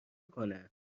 کنه